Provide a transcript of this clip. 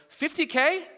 50K